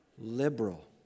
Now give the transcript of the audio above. liberal